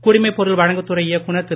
குடிமைப் பொருள் வழங்குதுறை இயக்குனர் திரு